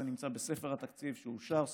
והתקציב הזה אושר בספר התקציב שאושר סוף-סוף.